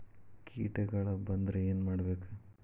ಕೇಟಗಳ ಬಂದ್ರ ಏನ್ ಮಾಡ್ಬೇಕ್?